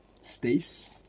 Stace